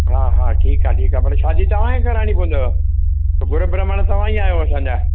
हा हा ठीकु आहे ठीकु आहे पर शादी तव्हांखे कराइणी पवंदी गुरु बह्माण्ड तव्हां ई आहियो असांजा